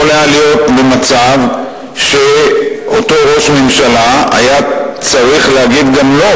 יכול היה להיות מצב שאותו ראש ממשלה היה צריך להגיד גם "לא",